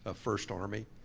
ah first army,